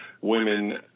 women